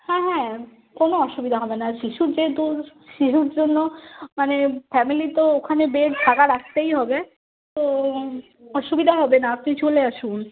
হ্যাঁ হ্যাঁ কোনো অসুবিধা হবে না শিশুর যেহেতু শিশুর জন্য মানে ফ্যামিলি তো ওখানে বেড ফাঁকা রাখতেই হবে তো অসুবিধা হবে না আপনি চলে আসুন